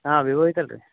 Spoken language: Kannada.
ಹಾಂ ವಿವೊ ಐತಲ್ರಿ